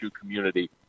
community